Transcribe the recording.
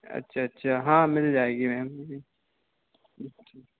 अच्छा अच्छा हाँ मिल जाएगी मैम